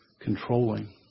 controlling